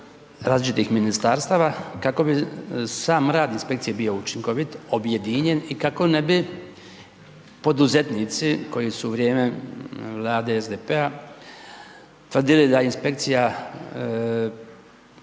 različitih ministarstava, kako bi sam rad inspekcije bio učinkovit, objedinjen i kako ne bi poduzetnici koji su u vrijeme vlade SDP-a tvrdili da inspekcija